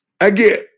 Again